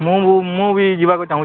ମୁଁ ଙ୍ଗୁ ମୁଁ ବି ଯିବାକୁ ଚାହୁଁଛି